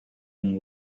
and